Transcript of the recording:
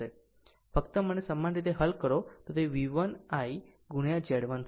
ફક્ત તેને સમાન રીતે હલ કરો કે વી 1 I Z1 થશે